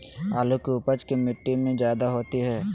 आलु की उपज की मिट्टी में जायदा होती है?